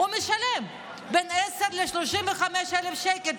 משלם בין 10,000 ל-35,000 שקל,